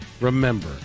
Remember